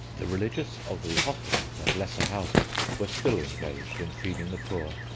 the religious of the hospitals and lesser houses, were still engaged in feeding the poor,